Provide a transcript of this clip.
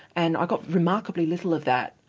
and i got remarkably little of that.